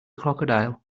crocodile